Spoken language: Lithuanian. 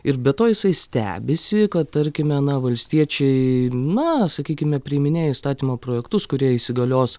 ir be to jisai stebisi kad tarkime na valstiečiai na sakykime priiminėja įstatymo projektus kurie įsigalios